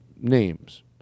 names